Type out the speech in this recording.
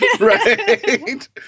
Right